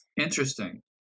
Interesting